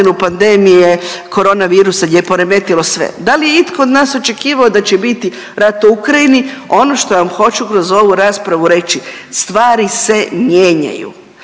pandemije koronavirusa gdje je poremetilo sve, da li je itko od nas očekivao da će biti rata u Ukrajini? Ono što vam hoću kroz ovu raspravu reći, stvari se mijenjaju.